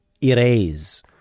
erase